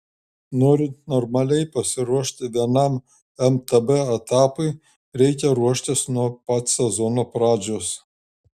norint normaliai pasiruošti vienam mtb etapui reikia ruoštis nuo pat sezono pradžios